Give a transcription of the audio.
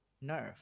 nerve